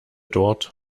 dort